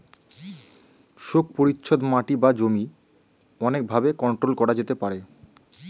শোক পরিচ্ছদ মাটি বা জমি অনেক ভাবে কন্ট্রোল করা যেতে পারে